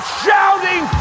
shouting